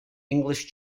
english